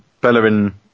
Bellerin